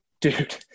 dude